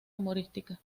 humorística